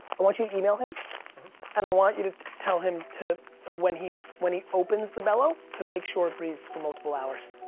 i want you to email him and i want you to tell him when he when he opens the bello to make sure it breathes for multiple hours.